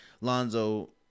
Lonzo